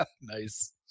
Nice